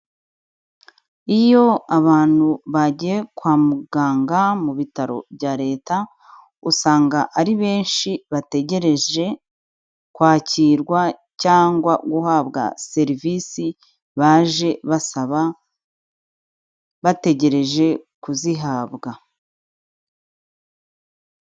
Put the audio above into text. Iyo abantu bagiye kwa muganga mu bitaro bya Leta, usanga ari benshi bategereje kwakirwa cyangwa guhabwa serivisi baje basaba, bategereje kuzihabwa.